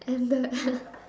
and the